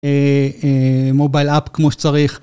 מובייל אפ כמו שצריך.